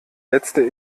letzte